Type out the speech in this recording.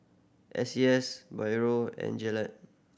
S C S Biore and Gillette